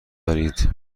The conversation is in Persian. دارید